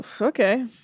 Okay